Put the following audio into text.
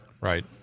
right